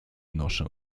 noszę